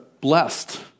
blessed